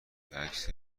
عکسی